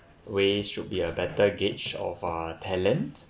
ways should be a better gauge of a talent